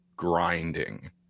grinding